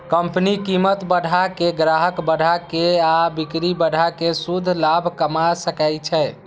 company कीमत बढ़ा के, ग्राहक बढ़ा के आ बिक्री बढ़ा कें शुद्ध लाभ कमा सकै छै